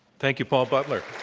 thank you, paul butler.